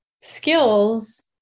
skills